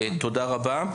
תודה רבה.